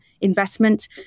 investment